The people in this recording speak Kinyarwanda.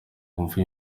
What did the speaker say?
wumve